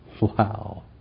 Wow